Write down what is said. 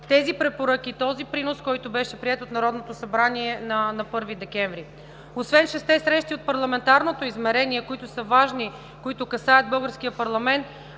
тези препоръки, този принос, който беше приет от Народното събрание на 1 декември. Освен шестте срещи от Парламентарното измерение, които са важни, които касаят българския парламент,